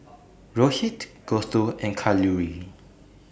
Rohit Gouthu and Kalluri